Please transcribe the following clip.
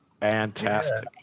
fantastic